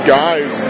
guys